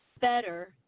better